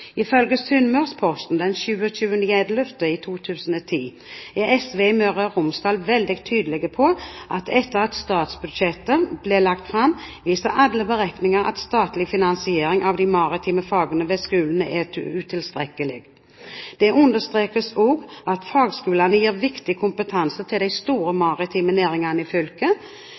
Ifølge Sunnmørsposten den 27. november 2010 er SV i Møre og Romsdal veldig tydelig på at etter at statsbudsjettet ble lagt fram, viser alle beregninger at statlig finansiering av de maritime fagene ved fagskolene er utilstrekkelig. Det understrekes også at fagskolene gir viktig kompetanse til de store maritime næringene i fylket.